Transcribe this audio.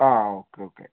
ആ ആ okay okay